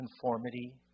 conformity